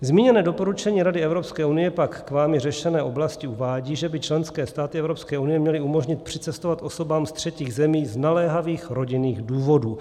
Zmíněné doporučení Rady Evropské unie pak k vámi řešené oblasti uvádí, že by členské státy Evropské unie měly umožnit přicestovat osobám z třetích zemí z naléhavých rodinných důvodů.